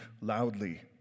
loudly